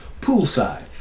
poolside